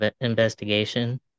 investigation